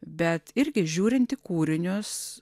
bet irgi žiūrint į kūrinius